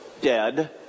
dead